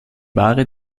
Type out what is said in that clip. ware